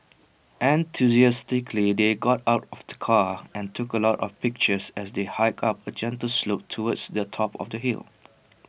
enthusiastically they got out of the car and took A lot of pictures as they hiked up A gentle slope towards the top of the hill